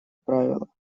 правила